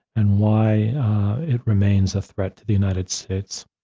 and why it remains a threat to the united states?